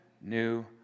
new